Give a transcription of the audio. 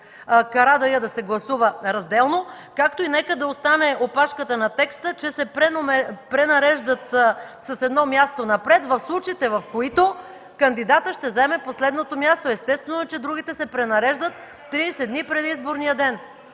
Карадайъ да се гласува разделно, както и нека да остане опашката на текста, че се пренареждат с едно място напред в случаите, в които кандидатът ще заеме последното място. Естествено че другите се пренареждат 30 дни преди изборния ден.